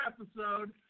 episode